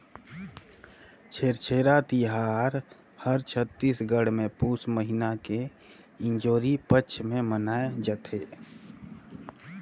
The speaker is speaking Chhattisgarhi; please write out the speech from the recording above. छेरछेरा तिहार हर छत्तीसगढ़ मे पुस महिना के इंजोरी पक्छ मे मनाए जथे